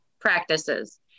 practices